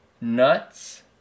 nuts